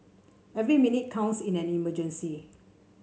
every minute counts in an emergency